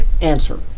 answer